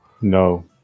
No